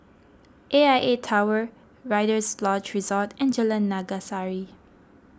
A I A Tower Rider's Lodge Resort and Jalan Naga Sari